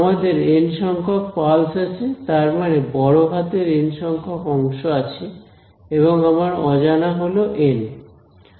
আমাদের এন সংখ্যক পালস আছে তার মানে বড় হাতের এন সংখ্যক অংশ আছে এবং আমার অজানা হল এন